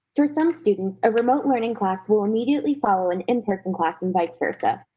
for some students a remote learning class will immediately follow an in person class and vice versa.